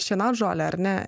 šienauti žolę ar ne